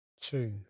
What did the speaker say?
two